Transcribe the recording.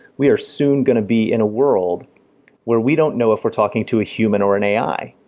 we are soon going to be in a world where we don't know if we're talking to a human or an ai.